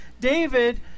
David